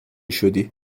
شدی